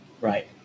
right